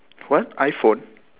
what iPhone